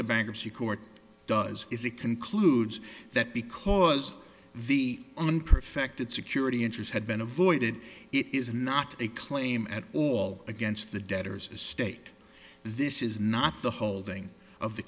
the bankruptcy court does is it concludes that because the on perfected security interest had been avoided it is not a claim at all against the debtors state this is not the holding of the